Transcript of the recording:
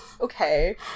Okay